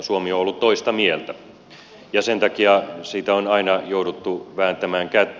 suomi on ollut toista mieltä ja sen takia siitä on aina jouduttu vääntämään kättä